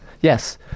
Yes